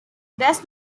best